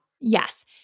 Yes